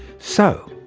so,